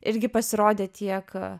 irgi pasirodė tiek